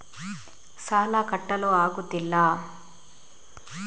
ಸಾಲ ಕಟ್ಟಲು ಆಗುತ್ತಿಲ್ಲ